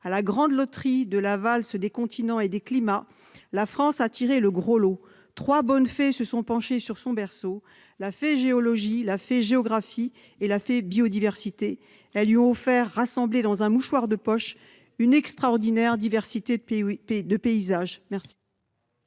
À la grande loterie de la valse des continents et des climats, la France a tiré le gros lot. Trois bonnes fées se sont penchées sur son berceau : la fée Géologie, la fée Géographie et la fée Biodiversité. Elles lui ont offert, rassemblée dans un mouchoir de poche, une extraordinaire diversité de paysages.